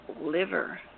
liver